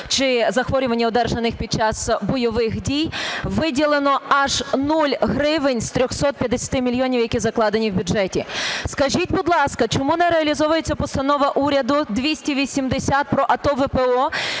чи захворювань, одержаних під час бойових дій, виділено аж нуль гривень з 350 мільйонів, які закладені в бюджеті? Скажіть, будь ласка, чому не реалізовується Постанова уряду 280 про АТО, ВПО,